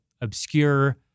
obscure